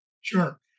Sure